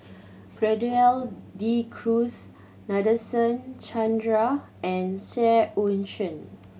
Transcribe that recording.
Gerald De Cruz Nadasen Chandra and Seah Eu Chin